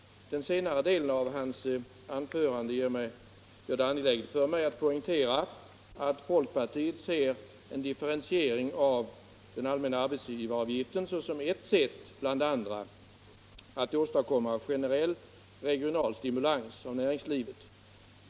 Den senare delen av hans anförande gör det angeläget för mig att poängtera att folkpartiet ser en differentiering av den allmänna arbetsgivaravgiften som ett sätt bland andra att åstadkomma en generell regional stimulans inom näringslivet.